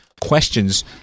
questions